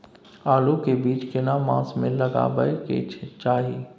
आलू के बीज केना मास में लगाबै के चाही?